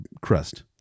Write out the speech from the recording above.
crust